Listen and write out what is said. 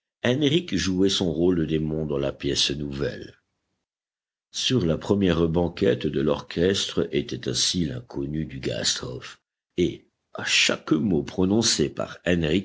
henrich jouait son rôle de démon dans la pièce nouvelle sur la première banquette de l'orchestre était assis l'inconnu du gasthof et à chaque mot prononcé par